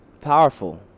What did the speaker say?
Powerful